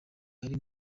ari